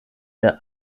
der